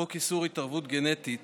חוק איסור התערבות גנטית